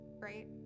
great